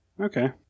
Okay